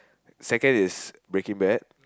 second id Breaking Bad